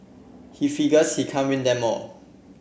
he figures he can't win them all